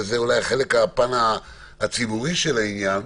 וזה אולי הפן הציבורי של העניין,